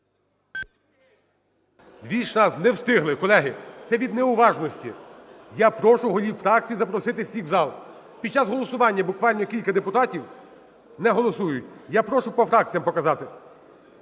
За-216 Не встигли, колеги. Це від неуважності. Я прошу голів фракцій запросити всіх в зал. Під час голосування буквально кілька депутатів не голосують. Я прошу по фракціям показати.